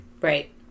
Right